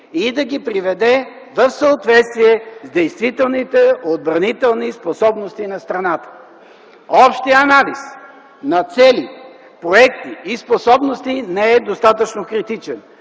и да ги приведе в съответствие с действителните отбранителни способности на страната. Общият анализ на цели, проекти и способности не е достатъчно критичен.